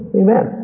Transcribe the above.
amen